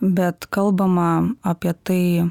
bet kalbama apie tai